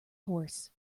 horse